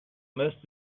most